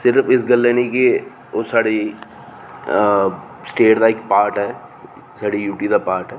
सिर्फ इस गल्लै नेईं के ओह् साढ़ी स्टेट दा इक पार्ट ऐ साढ़ी यू टी दा पार्ट ऐ